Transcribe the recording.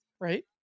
Right